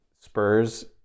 Spurs